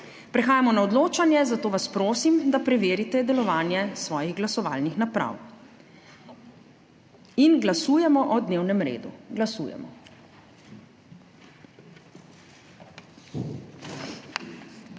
Prehajamo na odločanje, zato vas prosim, da preverite delovanje svojih glasovalnih naprav. Glasujemo o dnevnem redu. Glasujemo.